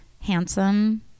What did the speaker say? handsome